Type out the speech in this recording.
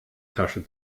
tasche